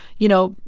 you know,